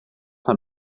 naar